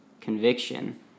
conviction